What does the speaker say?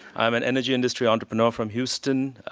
i'm an energy industry entrepreneur from houston,